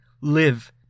Live